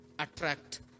attract